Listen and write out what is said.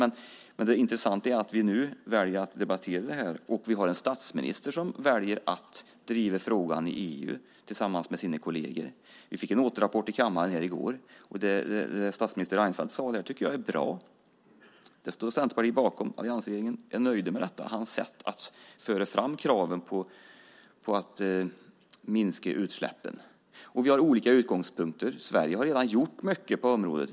Men det intressanta är att vi nu väljer att debattera det här, och vi har en statsminister som väljer att driva frågan i EU tillsammans med sina kolleger. Vi fick en återrapport i kammaren i går. Det statsminister Reinfeldt sade då tycker jag är bra. Det står Centerpartiet bakom, och vi är nöjda med hans sätt att föra fram kraven på att minska utsläppen. Vi har olika utgångspunkter. Sverige har redan gjort mycket på området.